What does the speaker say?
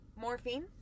Morphine